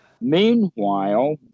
Meanwhile